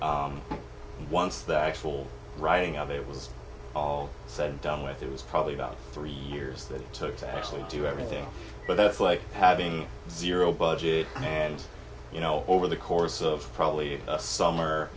and once the actual writing of it was all said and done with it was probably about three years that it took to actually do everything but that's like having zero budget and you know over the course of probably summer